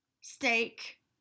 steak